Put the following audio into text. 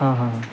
हां हां हां